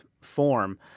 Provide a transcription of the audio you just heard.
form